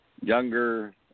younger